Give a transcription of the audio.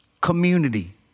Community